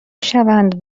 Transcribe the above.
شوند